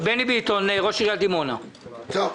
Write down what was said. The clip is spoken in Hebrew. בני ביטון, ראש עיריית דימונה, בבקשה.